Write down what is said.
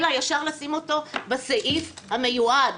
אלא לשים אותו ישר בסעיף המיועד.